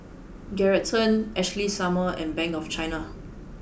Geraldton Ashley Summers and Bank of China